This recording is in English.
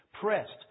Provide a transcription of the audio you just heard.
pressed